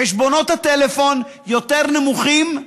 חשבונות הטלפון יותר נמוכים,